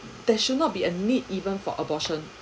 there should not be a need even for abortion